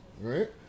right